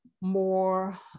more